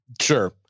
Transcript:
Sure